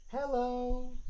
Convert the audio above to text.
Hello